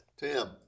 Tim